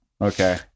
Okay